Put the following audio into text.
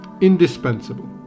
indispensable